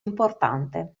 importante